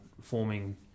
forming